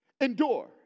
Endure